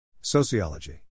Sociology